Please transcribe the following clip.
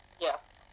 Yes